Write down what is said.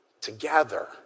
together